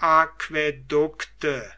aquädukte